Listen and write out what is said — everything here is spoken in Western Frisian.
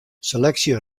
seleksje